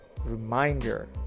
reminder